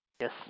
Yes